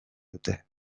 dute